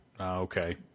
Okay